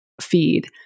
feed